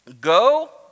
go